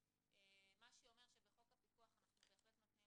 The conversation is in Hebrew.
מה שאומר שבחוק הפיקוח אנחנו בהחלט נותנים